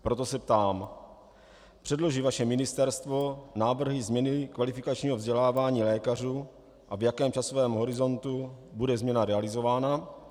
Proto se ptám: Předloží vaše ministerstvo návrhy změny kvalifikačního vzdělávání lékařů a v jakém časovém horizontu bude změna realizována?